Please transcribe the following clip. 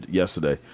yesterday